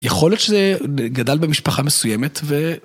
יכול להיות שזה ב-גדל במשפחה מסוימת ו...